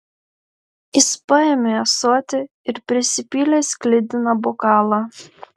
jis paėmė ąsotį ir prisipylė sklidiną bokalą